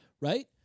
right